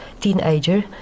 teenager